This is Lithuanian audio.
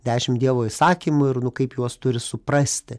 dešimt dievo įsakymų ir kaip juos turi suprasti